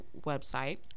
website